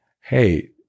hey